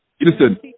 listen